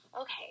okay